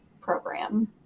program